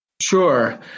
Sure